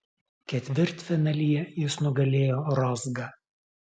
ketvirtfinalyje jis nugalėjo rozgą